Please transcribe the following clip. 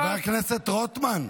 חבר הכנסת רוטמן,